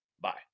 Bye